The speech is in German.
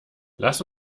lass